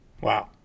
Wow